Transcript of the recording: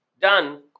done